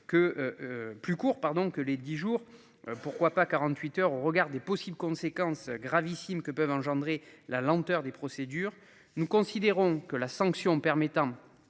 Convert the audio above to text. Plus court pardon que les 10 jours. Pourquoi pas 48 heures au regard des possibles conséquences gravissimes que peuvent engendrer la lenteur des procédures, nous considérons que la sanction permettant